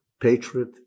patriot